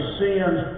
sins